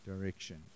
direction